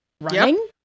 running